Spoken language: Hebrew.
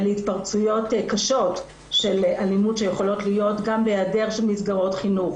ולהתפרצויות קשות של אלימות שיכולות להיות גם בהיעדר של מסגרות חינוך,